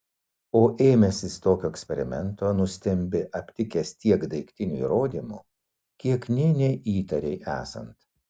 o ėmęsis tokio eksperimento nustembi aptikęs tiek daiktinių įrodymų kiek nė neįtarei esant